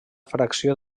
fracció